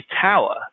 tower